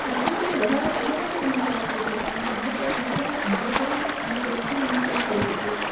પ્રકૃતિને એટલા માટે મહત્ત્વ આપ્યું છે કારણ કે હું તે વસ્તુને એન્જોય કરું છું અને તે વસ્તુને હું ફિલ કરી શકું છું